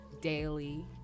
daily